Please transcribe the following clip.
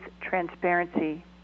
Transparency